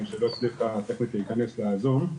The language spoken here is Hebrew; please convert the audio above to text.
אצלנו שלא הצליחה טכנית להיכנס ל-zoom.